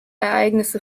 ereignisse